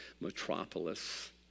metropolis